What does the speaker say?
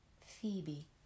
Phoebe